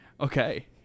Okay